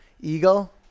eagle